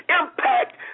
impact